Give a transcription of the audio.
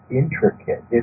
intricate